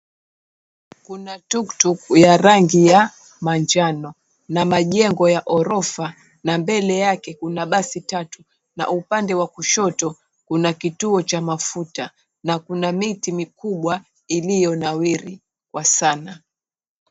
Kuna tuktuk ya rangi ya manjano na majengo ya orofa na mbele yake kuna basi tatu na upande wa kushoto, kuna kituo cha mafuta, na kuna miti mikubwa iliyonawiri kwa sana.